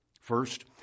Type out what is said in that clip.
First